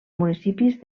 municipis